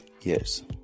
yes